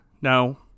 No